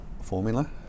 formula